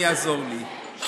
מי יעזור לי?